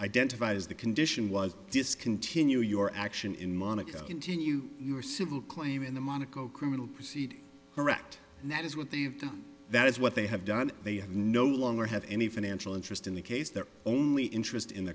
identified as the condition was discontinue your action in monaco continue your civil claim in the monaco criminal proceedings correct and that is what they've done that is what they have done they have no longer have any financial interest in the case their only interest in